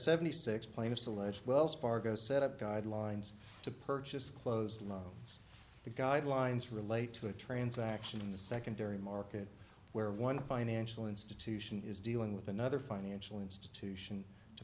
seventy six plaintiffs allege wells fargo set up guidelines to purchase closed loans the guidelines relate to a transaction in the secondary market where one financial institution is dealing with another financial institution to